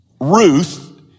Ruth